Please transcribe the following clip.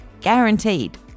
guaranteed